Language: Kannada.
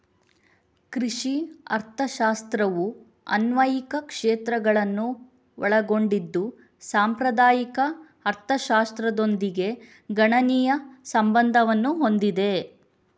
ಕೃಷಿ ಅರ್ಥಶಾಸ್ತ್ರವು ಅನ್ವಯಿಕ ಕ್ಷೇತ್ರಗಳನ್ನು ಒಳಗೊಂಡಿದ್ದು ಸಾಂಪ್ರದಾಯಿಕ ಅರ್ಥಶಾಸ್ತ್ರದೊಂದಿಗೆ ಗಣನೀಯ ಸಂಬಂಧವನ್ನು ಹೊಂದಿದೆ